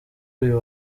uyu